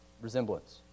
resemblance